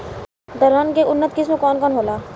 दलहन के उन्नत किस्म कौन कौनहोला?